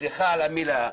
וסליחה על המילה,